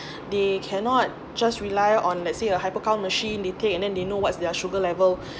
they cannot just rely on let's say a hypocount machine they take and then they know what's their sugar level